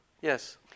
Yes